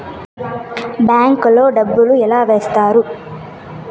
bank లో డబ్బులు ఎలా వేస్తారు